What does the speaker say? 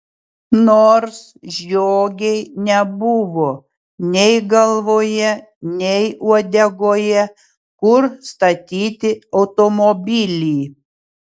nors žiogei nebuvo nei galvoje nei uodegoje kur statyti automobilį